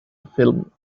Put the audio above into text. film